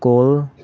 call